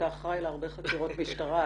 אתה אחראי להרבה חקירות משטרה,